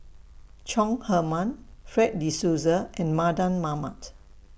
Chong Heman Fred De Souza and Mardan Mamat